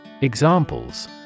Examples